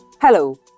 Hello